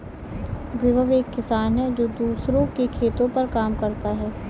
विभव एक किसान है जो दूसरों के खेतो पर काम करता है